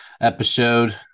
episode